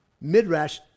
Midrash